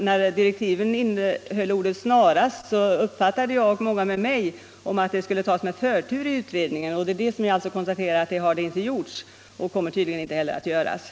När direktiven innehöll ordet ”snarast” uppfattade jag och många med mig det så att den här frågan skulle behandlas med förtur av utredningen, men så har inte skett och kommer tydligen inte heller att ske.